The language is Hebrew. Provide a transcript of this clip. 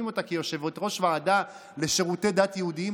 אותה כיושבת-ראש ועדה לשירותי דת יהודיים,